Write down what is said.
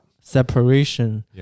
separation